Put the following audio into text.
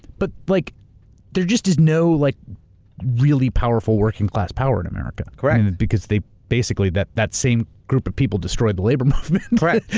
but like there just is no like really powerful working class power in america. correct. because they basically, that that same group of people destroyed the labor movement. correct.